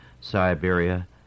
Siberia